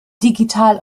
digital